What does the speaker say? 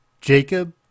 Jacob